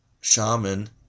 shaman